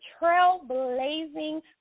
trailblazing